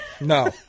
No